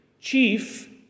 chief